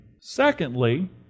Secondly